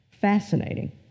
fascinating